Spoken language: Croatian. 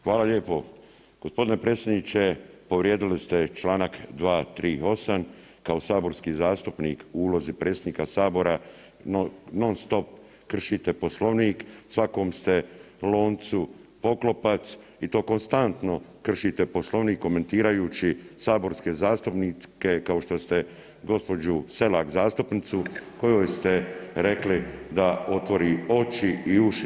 Hvala lijepo. g. Predsjedniče, povrijedili ste čl. 238., kao saborski zastupnik u ulozi predsjednika sabora non stop kršite Poslovnik, svakom ste loncu poklopac i to konstantno kršite Poslovnik komentirajući saborske zastupnike kao što ste gđu. Selak zastupnicu kojoj ste rekli da otvori oči i uši.